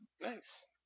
nice